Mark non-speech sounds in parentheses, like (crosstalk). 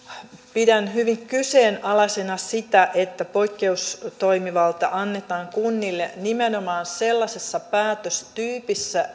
pidän hyvin kyseenalaisena sitä että poikkeustoimivalta annetaan kunnille nimenomaan sellaisessa päätöstyypissä (unintelligible)